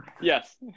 Yes